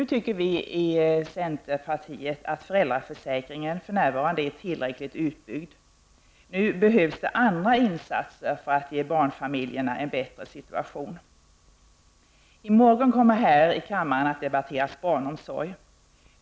Vi i centerpartiet tycker att föräldraförsäkringen för närvarande är tillräckligt utbyggd. Nu behövs andra insatser för att ge barnfamiljerna en bättre situation. I morgon kommer barnomsorgen att debatteras i kammaren.